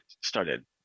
started